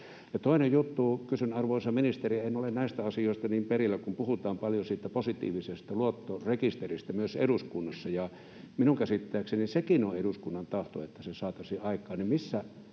Toinen juttu: Kysyn, arvoisa ministeri, kun en ole näistä asioista niin perillä: kun puhutaan paljon siitä positiivisesta luottorekisteristä myös eduskunnassa ja minun käsittääkseni sekin on eduskunnan tahto, että se saataisiin aikaan,